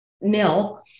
nil